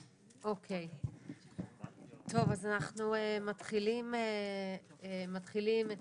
טוב אז אנחנו מתחילים את